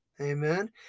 Amen